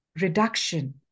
reduction